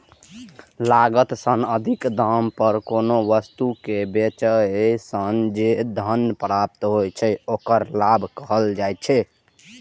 लागत सं अधिक दाम पर कोनो वस्तु कें बेचय सं जे धन प्राप्त होइ छै, ओकरा लाभ कहल जाइ छै